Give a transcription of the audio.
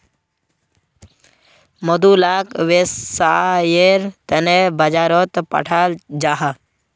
मधु लाक वैव्सायेर तने बाजारोत पठाल जाहा